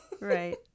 Right